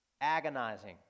Agonizing